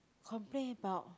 complain about